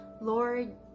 Lord